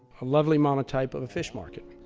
a lovely monotype of a fish market.